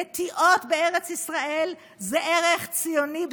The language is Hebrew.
נטיעות בארץ ישראל זה ערך ציוני בסיסי,